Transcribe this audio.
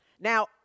Now